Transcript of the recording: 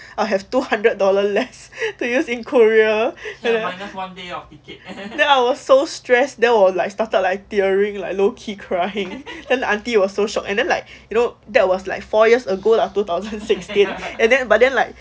I'll have two hundred dollar less to use in korea then then I was so stressed then was like started like tearing like low key crying and the auntie was so shocked and then like you know that was like four years ago lah two thousand and sixteen and then but then like